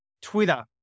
Twitter